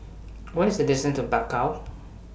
What IS The distance to Bakau